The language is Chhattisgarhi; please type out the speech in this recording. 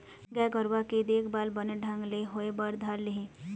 गाय गरुवा के देखभाल बने ढंग ले होय बर धर लिही